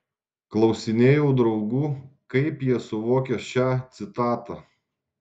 klausinėjau draugų kaip jie suvokia šią citatą